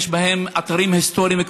יש בהם אתרים היסטוריים,